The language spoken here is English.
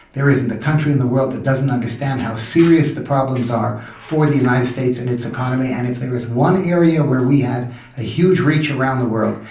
there isn't a country in the world that doesn't understand how serious the problems are for the united states and its economy. and if there is one area where we had a huge reach around the world,